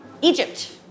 Egypt